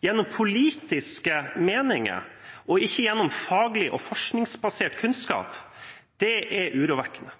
gjennom politiske meninger og ikke gjennom faglig og forskningsbasert kunnskap, er urovekkende.